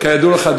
כידוע לך,